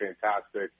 fantastic